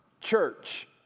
church